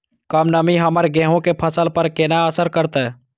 कम नमी हमर गेहूँ के फसल पर केना असर करतय?